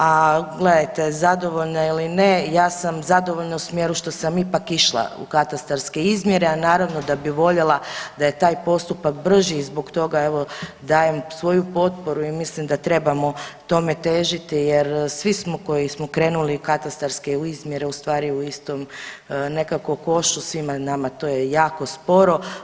A gledajte, zadovoljna ili ne ja sam zadovoljna u smjeru što sam ipak išla u katastarske izmjere a naravno da bi voljela da je taj postupak brži i zbog toga evo dajem svoju potporu i mislim da trebamo tome težiti jer svi smo koji smo krenuli u katastarske izmjere u stvari u istom nekako košu, svima nama to je jako sporo.